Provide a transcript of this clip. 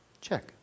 check